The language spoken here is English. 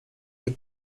were